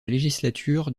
législature